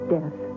Death